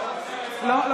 אינה